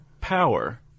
power